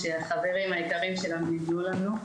שהחברים היקרים שלנו מימנו לנו,